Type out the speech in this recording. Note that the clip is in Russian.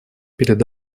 перед